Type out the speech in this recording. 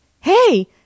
Hey